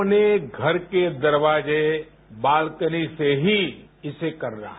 अपने घर के दरवाजे बालकनी से ही इसे करना है